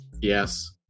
yes